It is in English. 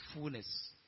fullness